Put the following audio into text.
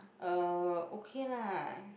uh okay lah